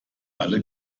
alle